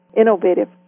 innovative